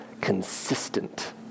consistent